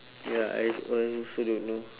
ya I one also don't know